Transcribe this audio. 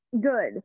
Good